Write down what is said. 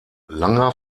langer